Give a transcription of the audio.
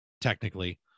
technically